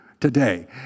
today